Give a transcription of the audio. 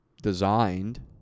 designed